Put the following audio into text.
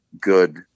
good